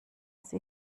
sie